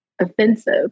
offensive